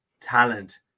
talent